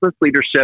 leadership